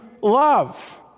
love